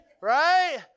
right